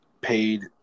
paid